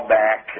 back